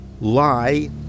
lie